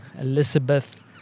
Elizabeth